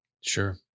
Sure